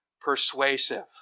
persuasive